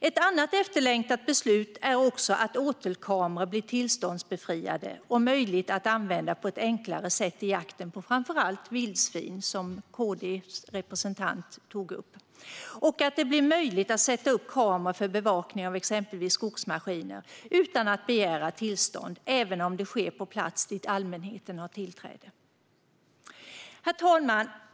Ett annat efterlängtat beslut är också att åtelkameror blir tillståndsbefriade och möjliga att använda på ett enklare sätt i jakten på framför allt vildsvin, som KD:s representant tog upp. Det blir även möjligt att sätta upp kameror för bevakning av exempelvis skogsmaskiner utan att begära tillstånd, även om det sker på plats dit allmänheten har tillträde. Herr talman!